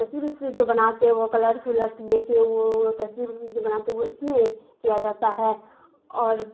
تصویر وصویر جو بناتے ہے وہ کلرس ولرز لے کے وہ تصویر وصویر جو بناتے ہے وہ اس میں کیا جاتا ہے اور